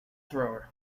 thrower